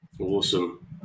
Awesome